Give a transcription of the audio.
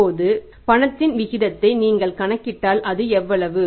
இப்போது பணத்தின் விகிதத்தை நீங்கள் கணக்கிட்டால் அது எவ்வளவு